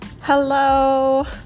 Hello